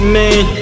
man